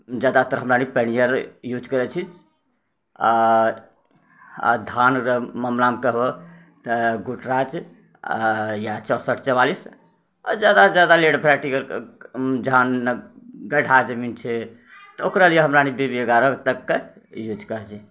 जयादातर हमराअनी पेनिअर यूज करै छी आओर आओर धान रऽ मामिलामे कहबै तऽ गुटराज या चौंसठि चौवालिस आओर ज्यादादासँ ज्यादा जहाँ गढ्ढा जमीन छै तऽ ओकरालिए हमराअनी बीबी एगारहके यूज करै छी